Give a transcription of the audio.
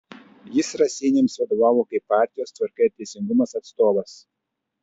jis raseiniams vadovavo kaip partijos tvarka ir teisingumas atstovas